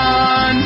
on